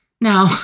now